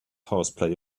horseplay